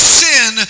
sin